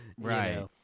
Right